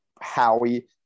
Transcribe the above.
Howie